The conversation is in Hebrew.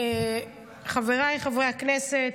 חבריי חברי הכנסת,